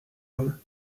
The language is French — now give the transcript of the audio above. homme